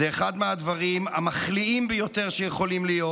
זה אחד מהדברים המחליאים ביותר שיכולים להיות,